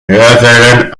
hörsälen